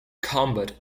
combat